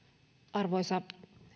arvoisa